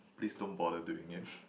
please don't bother doing it